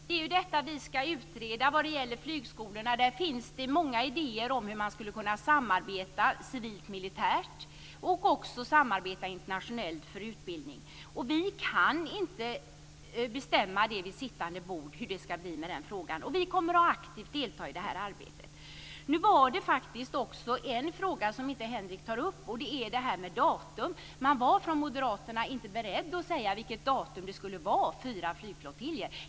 Fru talman! Det är ju detta som vi ska utreda när det gäller flygskolorna. Där finns det många idéer om hur man skulle kunna samarbeta civilt och militärt och även internationellt för utbildning. Vi kan inte bestämma vid sittande bord hur det ska bli med den frågan. Vi kommer aktivt att delta i detta arbete. Det var en fråga som Henrik Landerholm inte tog upp, nämligen frågan om datum. Moderaterna var inte beredda att säga vilket datum som skulle gälla i fråga om fyra flygflottiljer.